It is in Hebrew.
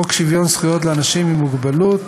חוק שוויון זכויות לאנשים עם מוגבלות,